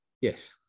Yes